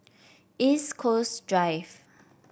East Coast Drive